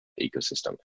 ecosystem